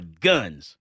guns